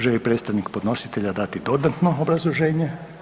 Želi li predstavnik podnositelja dati dodatno obrazloženje?